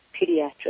Pediatrics